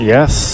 Yes